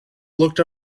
looked